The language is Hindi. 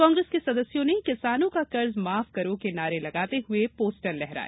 कांग्रेस के सदस्यों ने किसानों का कर्ज माफ करो के नारे लागते हुए पोस्टर लहराए